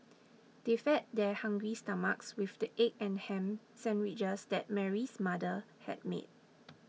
they fed their hungry stomachs with the egg and ham sandwiches that Mary's mother had made